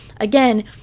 again